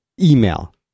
email